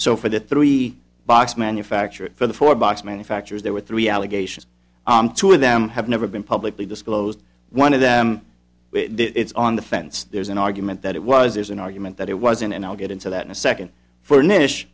so for the three box manufacturer for the four box manufacturers there were three allegations two of them have never been publicly disclosed one of them it's on the fence there's an argument that it was there's an argument that it wasn't and i'll get into that in a second for knish